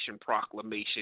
Proclamation